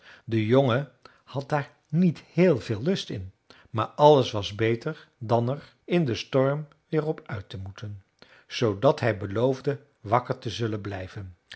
de jongen had daar niet heel veel lust in maar alles was beter dan er in den storm weer op uit te moeten zoodat hij beloofde wakker te zullen blijven